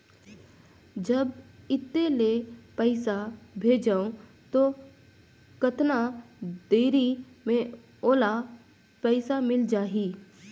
जब इत्ते ले पइसा भेजवं तो कतना देरी मे ओला पइसा मिल जाही?